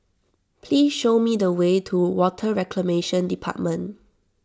please show me the way to Water Reclamation Department